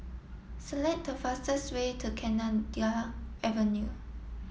select the fastest way to Kenanga Avenue